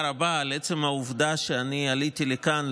רבה על עצם העובדה שאני עליתי לכאן,